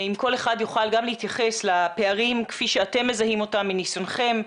אם כל אחד יוכל גם להתייחס לפערים כפי שאתם מזהים אותם מניסיונכם,